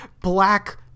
black